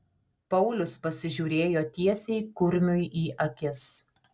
paulius pasižiūrėjo tiesiai kurmiui į akis